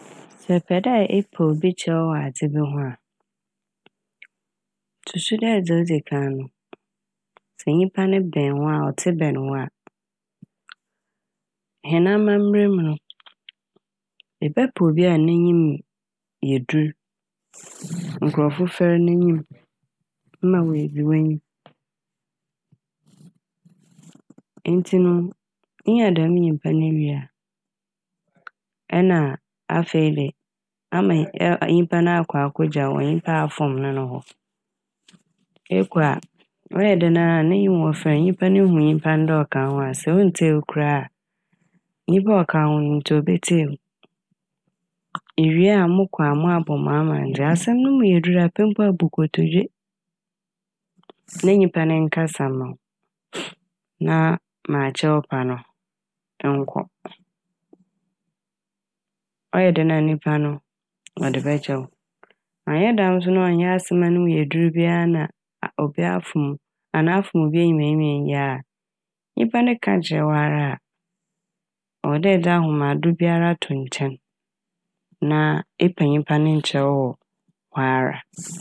Ntsi epɛ dɛ epa obi kyɛw wɔ adze bi ho a. Mususu dɛ dza odzi kan no, sɛ nyimpa no bɛn wo a, ɔtse bɛn wo a, hɛn amambra mu no ebɛpɛ obi a n'enyim yɛ dur, nkorɔfo fɛr n'enyim ma oedzi w'enyim. Ntsi no inya dɛm nyimpa no wie a ɛna afei de ama yɛ- nyimpa no akɔ ekegya wo ɛwɔ nyimpa no a afom no no hɔ. Ekɔ a ɔyɛ dɛn ara n'enyim wɔ fɛr, nyimpa no hu nyimpa no dɛ ɔka wo ho a, sɛ onntsie wo koraa a, nyimpa a ɔka wo ho no ntsi obetsie wo. Iwie a mokɔ a moabɔ mo amandzɛɛ, asɛm no no mu yɛ dur a epɛ mpo a bu nkotodwe na nyimpa no nkasa mma wo Na ma akyɛwpa no nkɔ. Ɔyɛ dɛn a nyimpa no ɔde bɛkyɛ wo annyɛ dɛm na ɔnnyɛ asɛm a no mu yɛ dur a bia na obi a- afom wo anaa afom obi enyim enyim yi a, nyimpa no ka kyerɛ wo ara ɔwɔ dɛ ede ahomado biara to nkyɛn na epɛ nyimpa ne kyɛw hɔ ara.